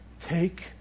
take